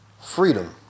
freedom